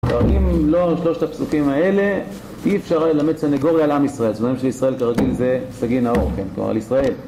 כרגיל, אם לא שלושת הפסוקים האלה, אי אפשר היה ללמד סנגוריה על עם ישראל. זאת אומרת שישראל כרגיל זה סגי נאור, כן? כלומר, על ישראל